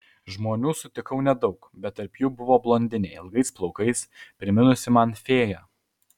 žmonių sutikau nedaug bet tarp jų buvo blondinė ilgais plaukais priminusi man fėją